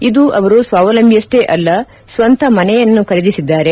ಇಂದು ಅವರು ಸ್ವಾವಲಂಬಿಯಷ್ಲೇ ಅಲ್ಲ ಸ್ವಂತ ಮನೆಯನ್ನೂ ಖರೀದಿಸಿದ್ದಾರೆ